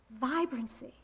vibrancy